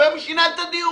לא יהיה מי שינהל את הדיון.